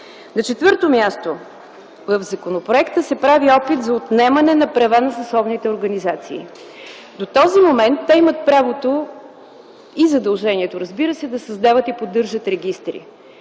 На четвърто място, в законопроекта се прави опит за отнемане на права на съсловните организации. До този момент те имат правото и задължението, разбира се, да създават и поддържат регистри.